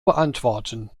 beantworten